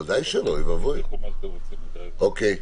ודאי שלא, אוי ואבוי.